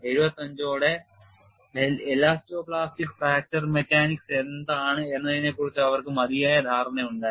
75 ഓടെ elasto plastic fracture mechanics എന്താണ് എന്നതിനെക്കുറിച്ച് അവർക്ക് മതിയായ ധാരണയുണ്ടായിരുന്നു